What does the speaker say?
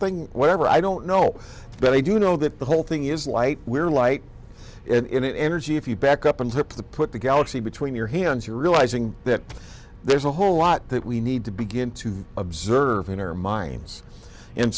thing whatever i don't know but i do know that the whole thing is like we're like in energy if you back up and to put the galaxy between your hands you're realizing that there's a whole lot that we need to begin to observe in our minds and